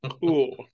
cool